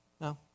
No